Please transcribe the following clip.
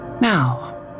now